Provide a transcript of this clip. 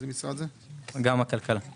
864 היא החלטה כללית